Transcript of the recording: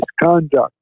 misconduct